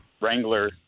Wrangler